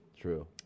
True